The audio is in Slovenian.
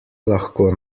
lahko